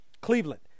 Cleveland